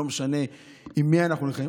לא משנה עם מי אנחנו נלחמים.